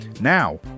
Now